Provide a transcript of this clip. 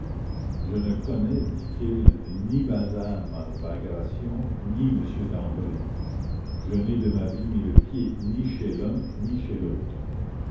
je ne connais dit-il ni madame bagration ni m dambray je n'ai de ma vie mis le pied ni chez l'un ni chez l'autre